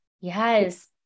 yes